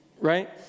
right